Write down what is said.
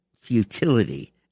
futility